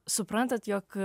suprantat jog